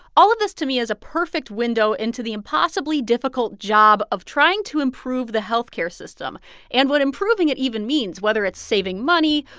all of this, to me, is a perfect window into the impossibly difficult job of trying to improve the health care system and what improving it even means whether it's saving money,